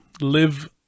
live